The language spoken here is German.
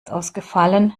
ausgefallen